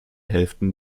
hälften